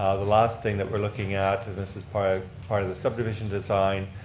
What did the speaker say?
ah the last thing that we're looking at, and this is part ah part of the subdivision design,